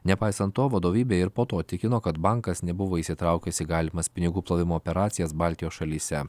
nepaisant to vadovybė ir po to tikino kad bankas nebuvo įsitraukęs į galimas pinigų plovimo operacijas baltijos šalyse